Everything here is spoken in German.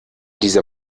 dieser